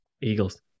Eagles